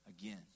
again